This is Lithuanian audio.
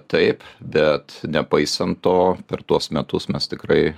taip bet nepaisant to per tuos metus mes tikrai